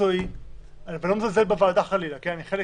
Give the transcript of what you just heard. מקצועי במשרד